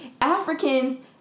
Africans